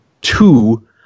Two